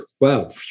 wow